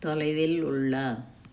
தொலைவில் உள்ள